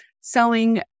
selling